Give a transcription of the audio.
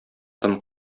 тын